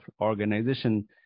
organization